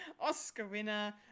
Oscar-winner